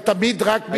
היה תמיד רק בעברית.